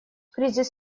кризис